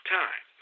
time